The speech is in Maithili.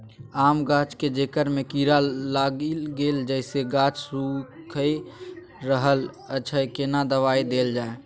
आम गाछ के जेकर में कीरा लाईग गेल जेसे गाछ सुइख रहल अएछ केना दवाई देल जाए?